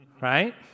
right